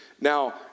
Now